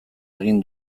egin